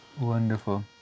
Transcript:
Wonderful